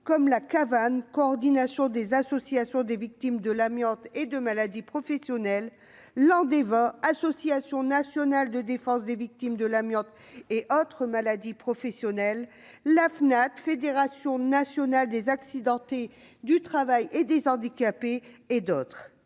comme la coordination des associations des victimes de l'amiante et de maladies professionnelles (Cavam), l'Association nationale de défense des victimes de l'amiante et autres maladies professionnelles (Andeva) et la Fédération nationale des accidentés de la vie et des handicapés (Fnath).